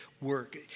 work